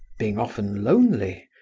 being often lonely,